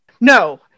No